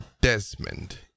Desmond